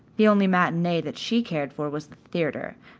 the only matinee that she cared for was the theatre,